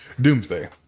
Doomsday